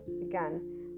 again